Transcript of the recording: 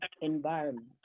environment